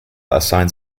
assigns